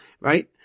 right